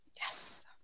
Yes